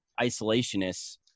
isolationists